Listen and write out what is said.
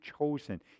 chosen